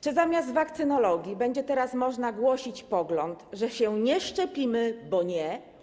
Czy zamiast wakcynologii będzie teraz można głosić pogląd, że się nie szczepimy, bo nie?